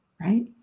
right